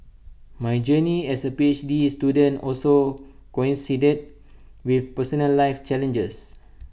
my journey as A P H D student also coincided with personal life challenges